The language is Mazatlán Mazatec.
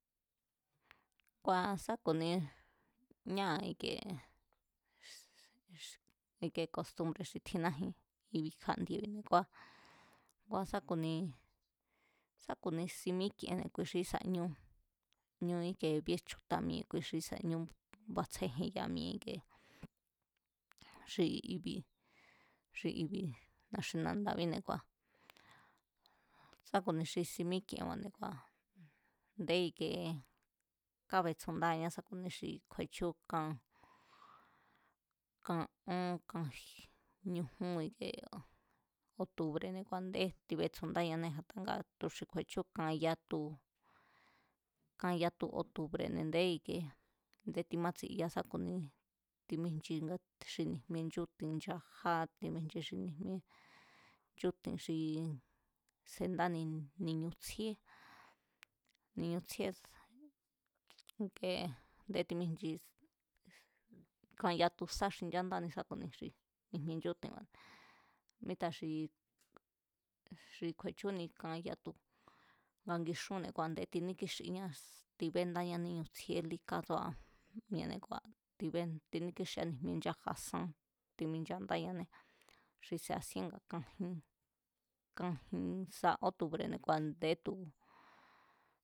Ngua̱ sa ku̱ni ñáa̱ ikie ike kostumbre̱ xi tjinaji̱n i̱ bí kjá̱ndiebi̱ ngua ngua sá ku̱ni, sa ku̱ni si mí'kienne̱ kui xi kísa̱, ñu íkie bíe chju̱ta̱ mi̱e̱ kui xi ísa̱ ñu bátsjéjeya mi̱e̱ ike xi i̱bi̱ xi i̱bi̱ na̱xi̱nandabíne̱ ngua̱ sa ku̱ni xi si mík'ienba̱ne̱ ngua̱ nde ikie kábetsu̱ndáya̱á sa ku̱ ni xi kju̱e̱chú kan, kan ón, kaji, kañujun ike otubre̱ne̱ ku a̱ndé tibetsu̱ndáñané a̱ta nga xi kju̱e̱chú xi kan yatu, kan yatu otubre̱ne̱, nde ikie a̱ndé timátsi̱ya sa ku̱ni timijchi xi ni̱jmie nchúti̱n nchajá timijchi xi ni̱jmie nchúti̱n xii sendani ni̱ñu̱ tsjíé, ni̱ñu̱ tsjíe ikee ndé timíjchi. Kan yatu sá xinchandáni sá ku̱ni xi ni̱jmie nchúti̱ba̱ne̱, míta xi, xi kju̱e̱chúni xi kan yatu nga ngixúnne̱ ngu a̱ndé tiníkíxiñá tibéndáña níñu̱ tsjíé líka tsúa̱ mi̱e̱ne̱ kua̱, tiníkíxia níjmie nchája sán timinchandáñané, xi se̱a̱síen nga kan jin, kan jin sa ótubre̱ne̱ te̱ku̱a̱ a̱ndé tu̱